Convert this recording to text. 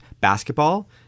basketball